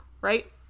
right